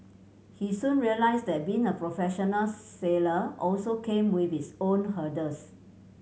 he soon realised that being a professional sailor also came with its own hurdles